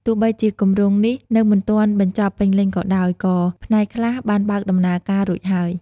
ទោះបីជាគម្រោងនេះនៅមិនទាន់បញ្ចប់ពេញលេញក៏ដោយ ក៏ផ្នែកខ្លះបានបើកដំណើរការរួចហើយ។